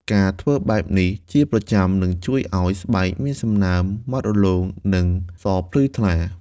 ការធ្វើបែបនេះជាប្រចាំនឹងជួយឲ្យស្បែកមានសំណើម ម៉ដ្ឋរលោង និងសភ្លឺថ្លា។